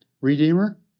Redeemer